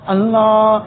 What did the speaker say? Allah